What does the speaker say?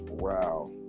Wow